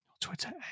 Twitter